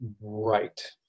right